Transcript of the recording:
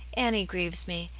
annie grieves me.